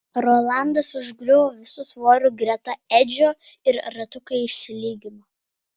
rolandas užgriuvo visu svoriu greta edžio ir ratukai išsilygino